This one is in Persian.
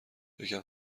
یکم